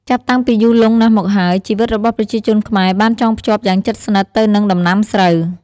ចាប់តាំងពីយូរលង់ណាស់មកហើយ ជីវិតរបស់ប្រជាជនខ្មែរបានចងភ្ជាប់យ៉ាងជិតស្និទ្ធទៅនឹងដំណាំស្រូវ។